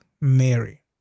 Mary